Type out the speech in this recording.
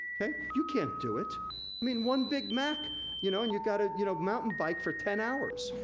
you can't do it. i mean one big mac you know and you gotta you know mountain bike for ten hours.